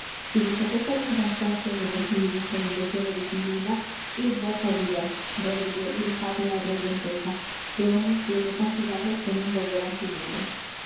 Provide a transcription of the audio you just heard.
si vos aquejan el cansancio de las lides ó el deseo de jimena idvos á vivar rodrigo y dejadle al rey la empresa que homes tiene tan fidalgos que non volverán sin ella